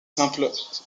simples